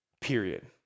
period